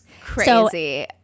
crazy